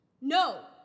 No